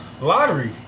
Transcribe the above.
lottery